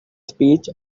speech